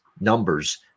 numbers